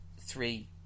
three